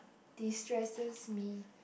destresses me